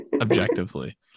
objectively